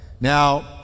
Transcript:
Now